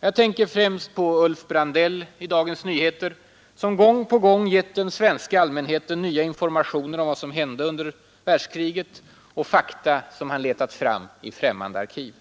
Jag tänker främst på Ulf Brandell i Dagens Nyheter, som gång på gång gett den svenska allmänheten nya informationer om vad som hände under andra världskriget och fakta som han letat fram i främmande arkiv.